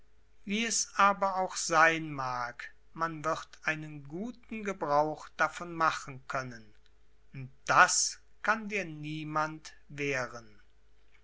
wie es aber auch sein mag man wird einen guten gebrauch davon machen können und das kann dir niemand wehren